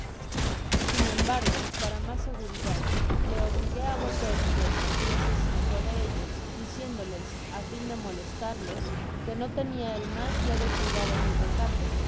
sin embargo para mas seguridad le obligué á volver y que escogiese cinco de ellos diciéndoles á fin de manifestarles que no tenia el mas leve cuidado ni recelo